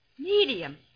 medium